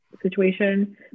situation